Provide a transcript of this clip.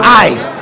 eyes